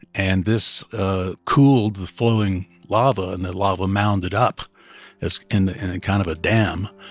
and this ah cooled the flowing lava, and the lava mounded up as in in kind of a dam.